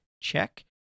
check